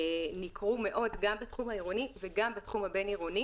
ניכרו מאוד גם בתחום העירוני וגם בתחום הבין-עירוני.